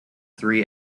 three